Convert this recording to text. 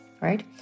right